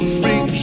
free